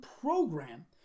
program